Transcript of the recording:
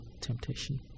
temptation